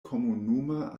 komunuma